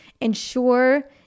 ensure